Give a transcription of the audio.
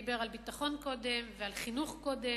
הוא דיבר על ביטחון קודם ועל חינוך קודם.